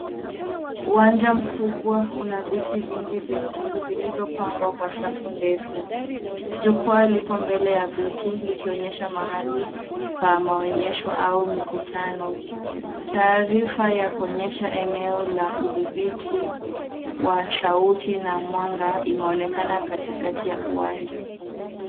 Uwanja mkubwa una viti vingi vyekundu vilivyopangwa kwa safu ndefu. Jukwa liko mbele ya viti likionyesha mahali pa maonyesho au mikutano. Taarifa ya kuonyesha eneo la udhibiti wa sauti na mwanga imeonekana katikati ya uwanja.